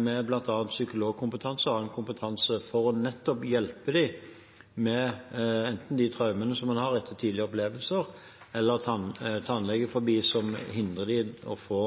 med bl.a. psykologkompetanse og annen kompetanse for nettopp å hjelpe dem med enten de traumene som de har etter tidligere opplevelser, eller tannlegefobi som hindrer dem i å få